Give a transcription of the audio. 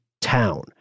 town